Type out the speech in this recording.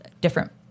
different